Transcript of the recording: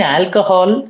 alcohol